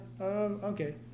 okay